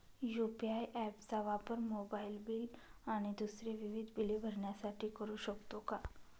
UPI app चा वापर mobile bill आणि दुसरी विविध बिले भरण्यासाठी करू शकतो का?